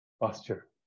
posture